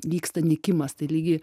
vyksta nykimas tai lygiai